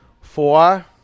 Four